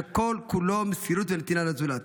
שכל-כולו מסירות ונתינה לזולת